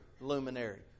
luminary